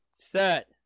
Set